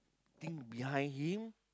thing behind him